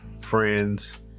friends